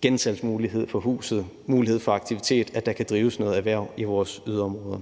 gensalg af huset, muligheden for aktivitet og for, at der kan drives noget erhverv i vores yderområder.